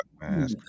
man